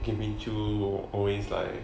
kim hee chui always like